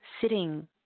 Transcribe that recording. sitting